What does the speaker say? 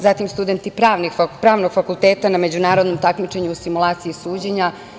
Zatim, studenti Pravnog fakulteta na međunarodnom takmičenju u simulaciji suđenja.